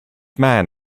man